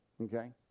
Okay